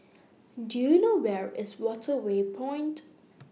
Do YOU know Where IS Waterway Point